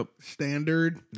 standard